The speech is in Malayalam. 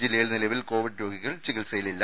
ജില്ലയിൽ നിലവിൽ കോവിഡ് രോഗികൾ ചികിത്സയിൽ ഇല്ല